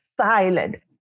silent